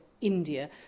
India